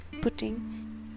putting